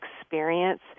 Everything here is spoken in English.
experience